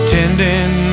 Tending